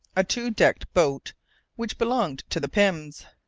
a two-decked boat which belonged to the pyms.